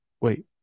wait